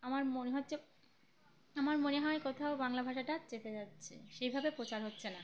আমার মনে হচ্ছে আমার মনে হয় কোথাও বাংলা ভাষাটা চেপে যাচ্ছে সেইভাবে প্রচার হচ্ছে না